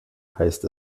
heißt